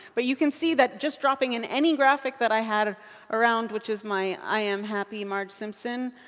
but you can see that just dropping in any graphic that i had around, which is my i am happy marge simpson.